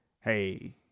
hey